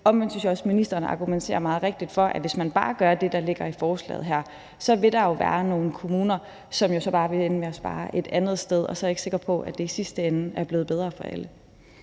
ministeren argumenterer meget rigtigt for, at hvis man bare gør det, der ligger i forslaget her, så vil der jo være nogle kommuner, som bare vil ende med at spare et andet sted. Og så er jeg ikke sikker på, at det i sidste ende er blevet bedre for alle.